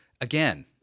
again